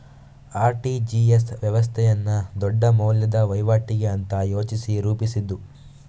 RTGS ವ್ಯವಸ್ಥೆಯನ್ನ ದೊಡ್ಡ ಮೌಲ್ಯದ ವೈವಾಟಿಗೆ ಅಂತ ಯೋಚಿಸಿ ರೂಪಿಸಿದ್ದು